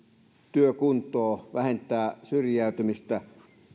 työkuntoa vähentää syrjäytymistä